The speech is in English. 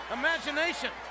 imagination